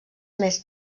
més